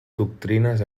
doctrines